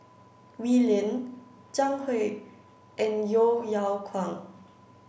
Wee Lin Zhang Hui and Yeo Yeow Kwang